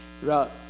throughout